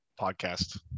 podcast